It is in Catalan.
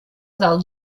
del